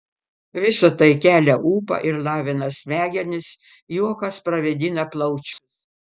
visa tai kelia ūpą ir lavina smegenis juokas pravėdina plaučius